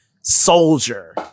soldier